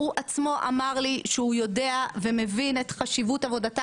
הוא עצמו אמר לי שהוא יודע ומבין את חשיבות עבודתה